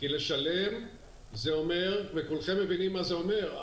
כי כולכם מבינים מה זה אומר לשלם,